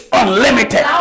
unlimited